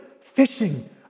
Fishing